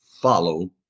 follow